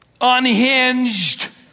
unhinged